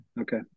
Okay